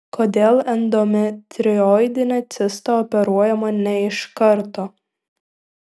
kodėl endometrioidinė cista operuojama ne iš karto